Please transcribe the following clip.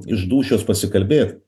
iš dūšios pasikalbėt